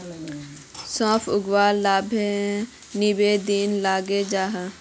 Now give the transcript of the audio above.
सौंफक उगवात लगभग नब्बे दिन लगे जाच्छे